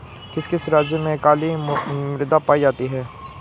किस किस राज्य में काली मृदा पाई जाती है?